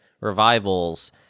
revivals